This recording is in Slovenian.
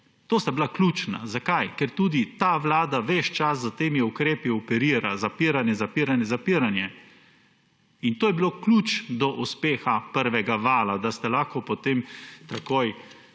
Ta sta bila ključna. Zakaj? Ker tudi ta vlada ves čas s temi ukrepi operira, zapiranje, zapiranje, zapiranje. In to je bil ključ do uspeha prvega vala, da ste lahko potem takoj